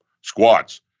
Squats